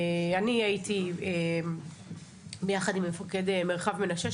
אני הייתי ביחד עם מפקד מרחב מנשה,